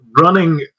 Running